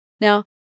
Now